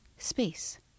Space